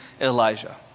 Elijah